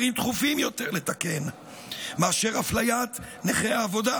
דחופים יותר לתקן מאשר אפליית נכי העבודה,